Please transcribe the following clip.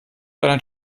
deiner